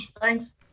Thanks